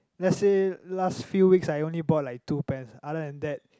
lets say last few weeks I only bought like two pants other than that